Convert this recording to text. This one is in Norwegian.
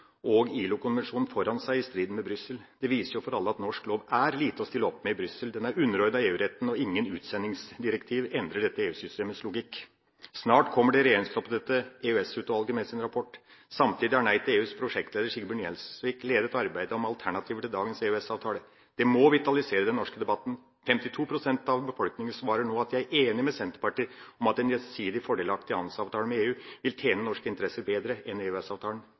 og ILO-konvensjonen foran seg i striden med Brussel. Det viser for alle at norsk lov er lite å stille opp med i Brussel. Den er underordnet EU-retten, og ingen utsendingsdirektiv endrer dette EU-systemets logikk. Snart kommer det regjeringsoppnevnte EØS-utvalget med sin rapport. Samtidig har Nei til EUs prosjektleder Sigbjørn Gjelsvik ledet arbeidet med alternativer til dagens EØS-avtale. Det må vitalisere den norske debatten. 52 pst. av befolkningen svarer nå at de er enige med Senterpartiet om at en gjensidig fordelaktig handelsavtale med EU vil tjene norske interesser bedre enn